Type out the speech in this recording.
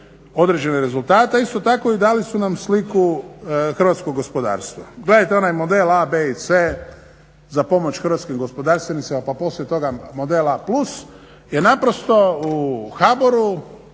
određene rezultate, a isto tako i dali su nam sliku hrvatskog gospodarstva. Gledajte onaj model A, B i C za pomoć hrvatskim gospodarstvenicima, pa poslije toga model A+ je naprosto u HBOR-u